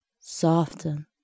soften